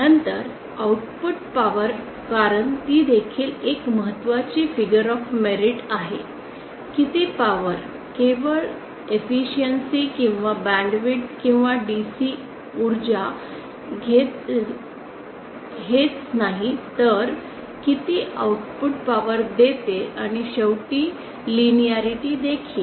नंतर output power कारण ती देखील एक महत्त्वाची फिगर ऑफ मेरिट आहे किती पॉवर केवळ एफिशियन्सी किंवा बॅन्डविड्थ किंवा किती DC उर्जा घेत हेच नाही तर किती आउटपुट पॉवर देते आणि शेवटी लिनिअरिटी देखील